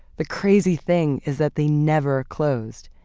the crazy thing is that they never closed.